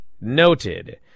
noted